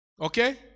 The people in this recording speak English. okay